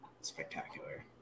spectacular